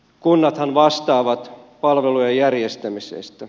kunnathan vastaavat palvelujen järjestämisestä